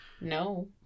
No